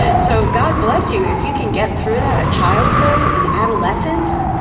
so god bless you, if you can get through that, a childhood, in adolescence,